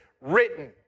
written